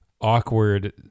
awkward